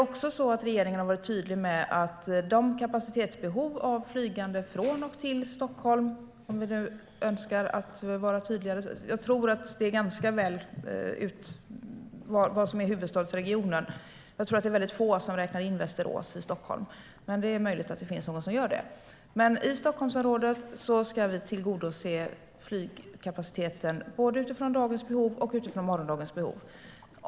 Regeringen har också varit tydlig med att vi ska tillgodose kapacitetsbehovet av flyg från och till Stockholm - jag tror att det är ganska väl utrett vad som utgör huvudstadsregionen; jag tror att det är väldigt få som räknar in Västerås i Stockholm, men det är möjligt att det finns någon som gör det - utifrån både dagens och morgondagens behov.